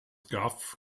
darf